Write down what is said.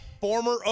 Former